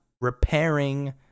repairing